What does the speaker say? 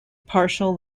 partial